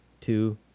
two